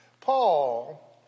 Paul